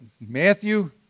Matthew